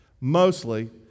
mostly